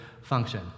function